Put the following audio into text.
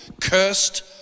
cursed